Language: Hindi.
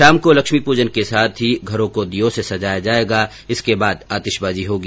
शाम को लक्ष्मी पूजन के साथ ही घरों को दीयों से सजाया जाएगा इसके बाद आतिशबाजी होगी